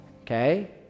okay